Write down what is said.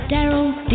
Daryl